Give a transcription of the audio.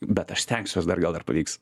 bet aš stengsiuosi dar gal dar ir pavyks